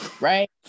right